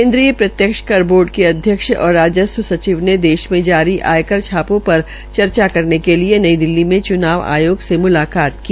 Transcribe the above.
केन्द्रीय प्रत्यक्ष कर बोर्ड के अध्यक्ष और राजस्व सचिव ने देश में जारी आयकर छापों पर चर्चा करने के लिये नई दिल्ली में चुनाव आयोग से म्लकात की